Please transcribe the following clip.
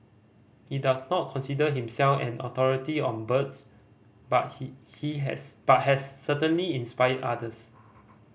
he does not consider himself an authority on birds but he he has but has certainly inspired others